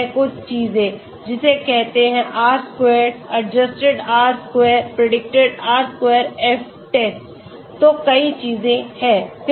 यहां हैं कुछ चीजें जिसे कहते हैं R squared adjusted R squared predicted R square F test तो कई चीजें हैं